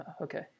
Okay